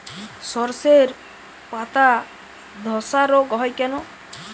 শর্ষের পাতাধসা রোগ হয় কেন?